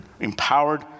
empowered